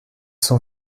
sont